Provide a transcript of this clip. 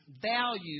value